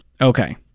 Okay